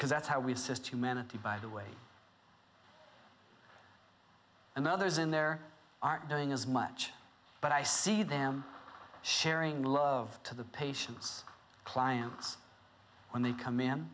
because that's how we've sist humanity by the way and others in there aren't doing as much but i see them sharing love to the patients clients when they come in